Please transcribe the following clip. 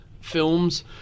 films